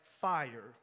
fire